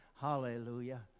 Hallelujah